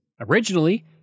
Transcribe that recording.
Originally